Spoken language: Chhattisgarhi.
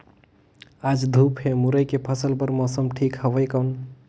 आज धूप हे मुरई के फसल बार मौसम ठीक हवय कौन?